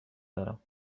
دارم